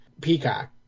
Peacock